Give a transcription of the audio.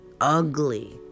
ugly